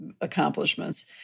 accomplishments